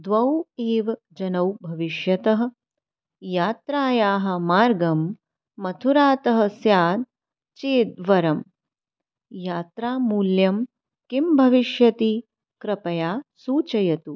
द्वौ एव जनौ भविष्यतः यात्रायाः मार्गं मथुरातः स्यात् चेद् वरम् यात्रामूल्यं किं भविष्यति कृपया सूचयतु